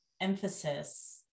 emphasis